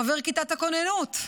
חבר כיתת הכוננות,